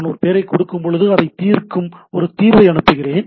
நான் ஒரு பெயரைக் கொடுக்கும்போது அதைத் தீர்க்கும் ஒரு தீர்வை அனுப்புகிறேன்